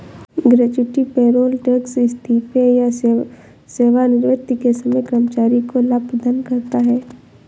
gratuity payroll tax इस्तीफे या सेवानिवृत्ति के समय कर्मचारी को लाभ प्रदान करता है